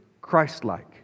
Christ-like